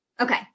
Okay